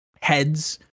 heads